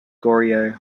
goryeo